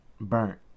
burnt